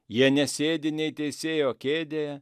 jie nesėdi nei teisėjo kėdėje